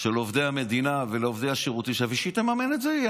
של עובדי המדינה, ושתממן את זה היא.